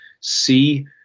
see